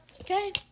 okay